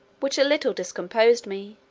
which a little discomposed me,